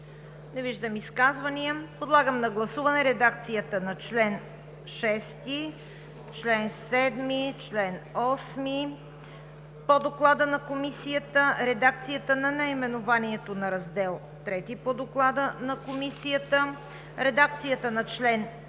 Не виждам. Подлагам на гласуване редакциите на чл. 6, чл. 7, чл. 8 по Доклада на Комисията; редакцията на наименованието на Раздел III по Доклада на Комисията; редакцията на чл. 9